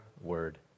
word